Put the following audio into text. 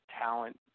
talent